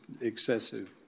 excessive